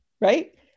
Right